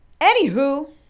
Anywho